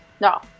No